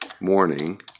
morning